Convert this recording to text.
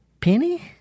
Penny